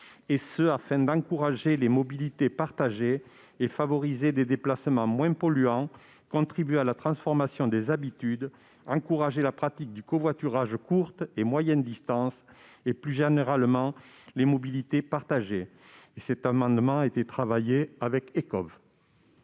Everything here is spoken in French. de 2024 afin d'encourager les mobilités partagées, de favoriser des déplacements moins polluants, de contribuer à la transformation des habitudes et d'encourager la pratique du covoiturage sur des distances courtes et moyennes, et plus généralement les mobilités partagées. Cet amendement a été travaillé avec Ecov.